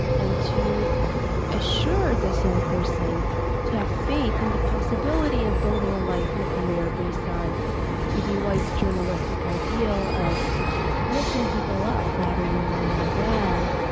and to assure this young person to have faith in the possibility of building a life and a career based on e b. white's journalistic ideal of lifting people up rather than lowering them down,